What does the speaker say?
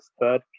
third